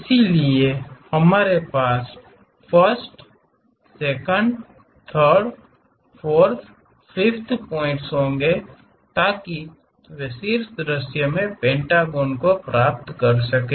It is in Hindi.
इसलिए हमारे पास 1st 2nd 3rd 4th 5th points होंगे ताकि वे शीर्ष दृश्य में पेंटागन को प्राप्त कर सकें